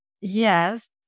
Yes